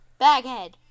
Baghead